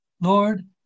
Lord